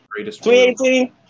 2018